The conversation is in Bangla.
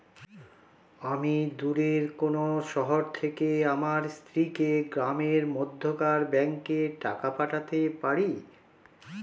আমি দূরের কোনো শহর থেকে আমার স্ত্রীকে গ্রামের মধ্যেকার ব্যাংকে টাকা পাঠাতে পারি?